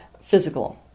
physical